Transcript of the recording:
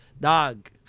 Dog